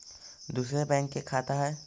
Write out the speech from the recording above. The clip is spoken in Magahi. दुसरे बैंक के खाता हैं?